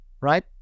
right